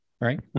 Right